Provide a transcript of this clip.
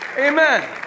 Amen